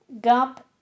Gump